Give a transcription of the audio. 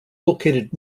located